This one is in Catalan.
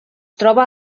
troba